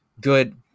good